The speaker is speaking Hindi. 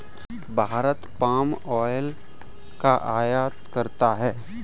भारत पाम ऑयल का आयात करता है